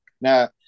Now